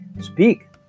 Speak